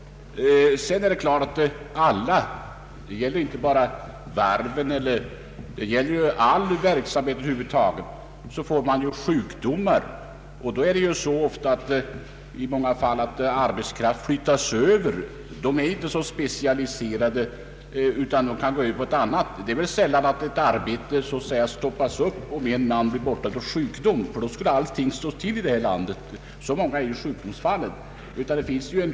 På alla arbetsplatser, inte bara vid varven, förekommer det sjukdomsfall. Många gånger flyttas arbetskraft från ett arbete till ett annat. Arbetsuppgifterna är sällan så speciella att verksamheten stoppas om någon är borta på grund av sjukdom. Om det vore på det sättet skulle allting stå stilla i det här landet, ty så många är sjukdomsfallen.